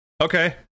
okay